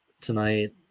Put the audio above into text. tonight